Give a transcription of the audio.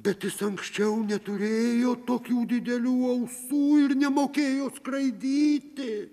bet jis anksčiau neturėjo tokių didelių ausų ir nemokėjo skraidyti